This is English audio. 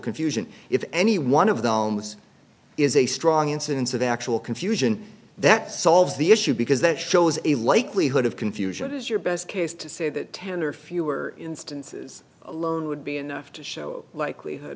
confusion if any one of them this is a strong incidence of actual confusion that solves the issue because that shows a likelihood of confusion is your best case to say that ten or fewer instances alone would be enough to show a likelihood